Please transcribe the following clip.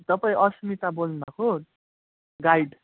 तपाईँ अस्मिता बोल्नुभएको गाइड